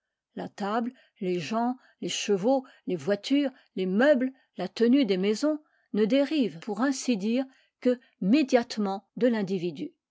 la table les gens les chevaux les voitures les meubles la tenue des maisons ne dérivent pour ainsi a la connaissance des lois